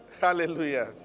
Hallelujah